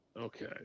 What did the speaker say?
Okay